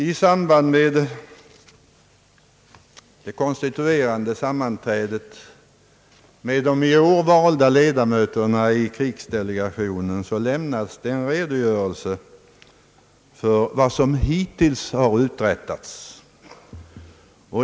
I samband med det konstituerande sammanträdet med de i år valda ledamöterna i krigsdelegationen lämnades en redogörelse för vad som hittills har uträttats.